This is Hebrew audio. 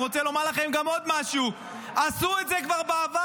אני רוצה לומר עוד משהו: עשו את זה כבר בעבר.